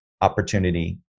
opportunity